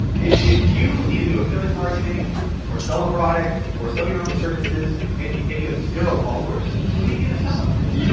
if you need to do affiliate marketing or sell a product or sell your own services and you and you have zero followers, who are you gonna sell them to?